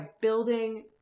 building